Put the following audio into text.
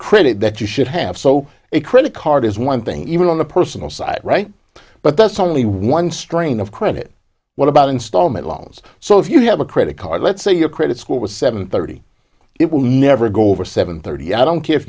credit that you should have so a credit card is one thing even on the personal side right but that's only one strain of credit what about installment loans so if you have a credit card let's say your credit score was seven thirty it will never go over seven thirty i don't care if